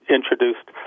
introduced